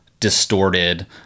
distorted